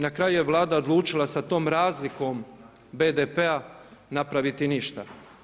Na kraju je Vlada odlučila sa tom razlikom BDP-a napraviti ništa.